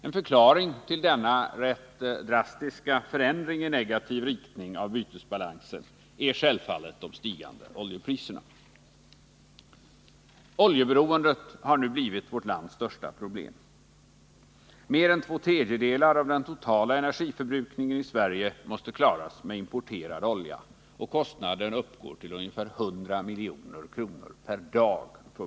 En förklaring till denna rätt drastiska förändring av bytesbalansen i negativ riktning är självfallet de stigande oljepriserna. Oljeberoendet har nu blivit vårt lands största problem. Mer än två tredjedelar av den totala energiförbrukningen i Sverige måste klaras med importerad olja, och kostnaderna för vårt land uppgår till ungefär 100 milj.kr. per dag.